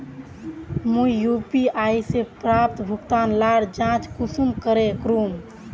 मुई यु.पी.आई से प्राप्त भुगतान लार जाँच कुंसम करे करूम?